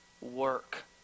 work